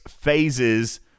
phases